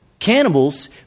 Cannibals